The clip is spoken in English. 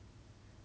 the rest